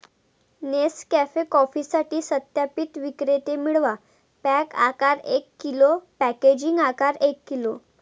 Nescafe कॉफीसाठी सत्यापित विक्रेते मिळवा, पॅक आकार एक किलो, पॅकेजिंग आकार एक किलो